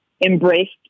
embraced